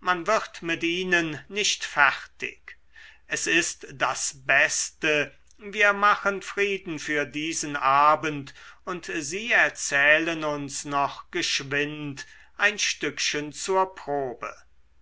man wird mit ihnen nicht fertig es ist das beste wir machen friede für diesen abend und sie erzählen uns noch geschwind ein stückchen zur probe